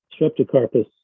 streptocarpus